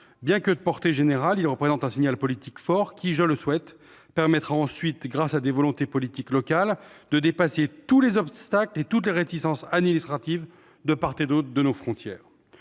Bien que de portée générale, il constitue un signal politique fort qui, je le souhaite, permettra ensuite, grâce à des volontés politiques locales, de dépasser tous les obstacles et toutes les réticences administratives, de part et d'autre de nos frontières.